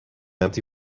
empty